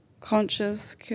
conscious